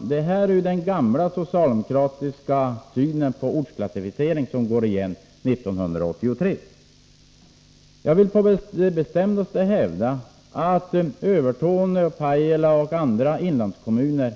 Det här är, fru talman, en gammal socialdemokratisk syn på ortsklassificeringen som går igen 1983. Jag vill på det bestämdaste hävda att Övertorneå, Pajala och andra inlandskommuner